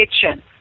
kitchen